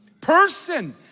person